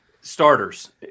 starters